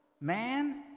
Man